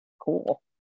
cool